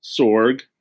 Sorg